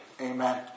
amen